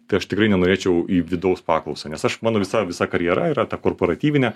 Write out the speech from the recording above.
tai aš tikrai nenorėčiau į vidaus paklausą nes aš mano visa visa karjera yra ta korporatyvinė